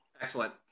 Excellent